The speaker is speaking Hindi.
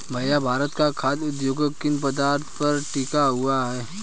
भैया भारत का खाघ उद्योग किन पदार्थ पर टिका हुआ है?